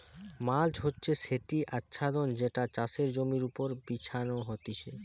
mulch হচ্ছে সেটি আচ্ছাদন যেটা চাষের জমির ওপর বিছানো হতিছে